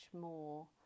more